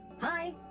Hi